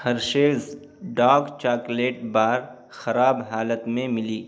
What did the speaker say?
Hershey's dark chocolate bar خراب حالت میں ملی